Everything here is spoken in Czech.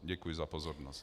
Děkuji za pozornost.